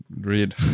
read